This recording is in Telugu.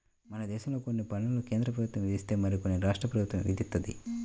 మనదేశంలో కొన్ని పన్నులు కేంద్రప్రభుత్వం విధిస్తే మరికొన్ని రాష్ట్ర ప్రభుత్వం విధిత్తది